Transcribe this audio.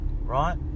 right